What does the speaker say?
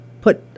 put